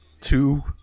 Two